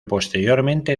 posteriormente